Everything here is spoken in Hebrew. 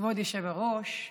כבוד היושב-ראש,